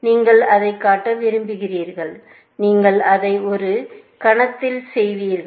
நீங்கள் அதைக் காட்ட விரும்புகிறீர்கள் நீங்கள் அதை ஒரு கணத்தில் செய்வீர்கள்